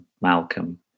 Malcolm